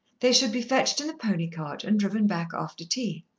they should be fetched in the pony-cart, and driven back after tea.